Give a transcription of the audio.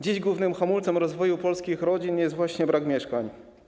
Dziś głównym hamulcem rozwoju polskich rodzin jest właśnie brak mieszkań.